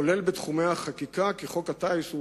גם לא בתחומי החקיקה, כי חוק הטיס הוא